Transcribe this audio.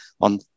on